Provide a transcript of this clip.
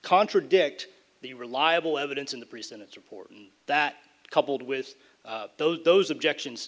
contradict the reliable evidence in the prison it's important that coupled with those those objections